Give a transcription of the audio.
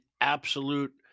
absolute